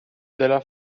della